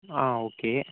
ஆ okay